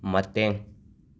ꯃꯇꯦꯡ